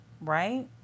Right